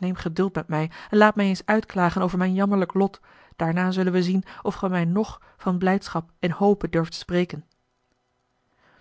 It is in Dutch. neem geduld met mij en laat mij eens uitklagen over mijn jammerlijk lot daarna zullen wij zien of gij mij ng van blijdschap en hope durft spreken